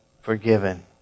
forgiven